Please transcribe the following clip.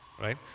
right